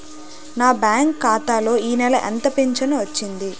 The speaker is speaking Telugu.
నా బ్యాంక్ ఖాతా లో ఈ నెల ఎంత ఫించను వచ్చింది?